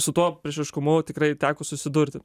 su tuo priešiškumu tikrai teko susidurti